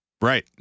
Right